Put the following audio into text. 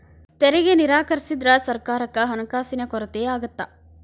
ತೆರಿಗೆ ನಿರಾಕರಿಸಿದ್ರ ಸರ್ಕಾರಕ್ಕ ಹಣಕಾಸಿನ ಕೊರತೆ ಆಗತ್ತಾ